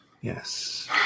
Yes